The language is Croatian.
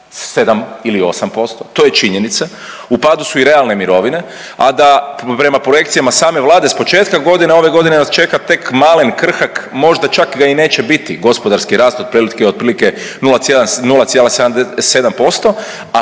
7 ili 8% to je činjenica, u padu su i realne mirovine, a da prema projekcijama same Vlade s početka godine ove godine nas čeka tek malen krhak možda čak ga i neće biti gospodarski rast otprilike 0,7%, a